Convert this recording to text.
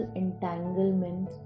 entanglement